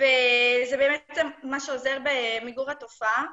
וזה אמת מה שעוזר במיגור התופעה.